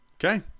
Okay